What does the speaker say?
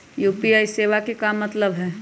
UPI सेवा के का मतलब है?